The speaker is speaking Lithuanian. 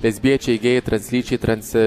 lesbiečiai gėjai translyčiai trans